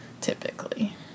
Typically